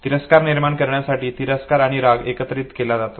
तिरस्कार निर्माण करण्यासाठी तिरस्कार आणि राग एकत्रित केला जातो